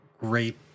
great